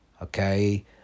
Okay